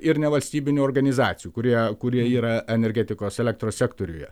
ir nevalstybinių organizacijų kurie kurie yra energetikos elektros sektoriuje